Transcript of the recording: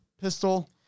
pistol